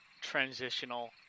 transitional